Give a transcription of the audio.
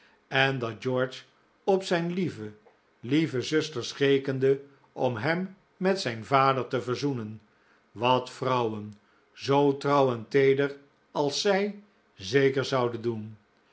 en dat george op zijn lieve lieve zusters rekende om hem met zijn vader te verzoenen wat vrouwen zoo trouw en teeder als zij zeker zouden doen